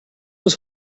was